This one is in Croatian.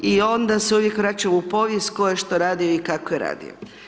I onda se uvijek vračam u povijest tko je šta radio i kako je radio.